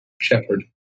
Shepherd